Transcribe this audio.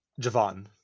javon